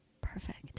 Perfect